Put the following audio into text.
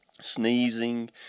sneezing